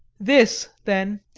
this, then,